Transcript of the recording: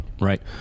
Right